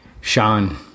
Sean